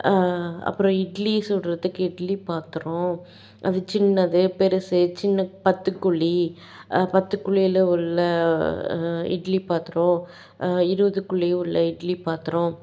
அப்புறம் இட்லி சுடுறதுக்கு இட்லி பாத்திரம் அது சின்னது பெருசு சின்ன பத்து குழி பத்து குழியில உள்ள இட்லி பாத்திரம் இருபது குழி உள்ள இட்லி பாத்திரம்